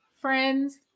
friends